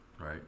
right